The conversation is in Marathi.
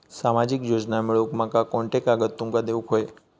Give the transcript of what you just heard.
सामाजिक योजना मिलवूक माका कोनते कागद तुमका देऊक व्हये?